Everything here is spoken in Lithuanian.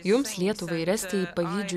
jums lietuvai ir estijai pavydžiu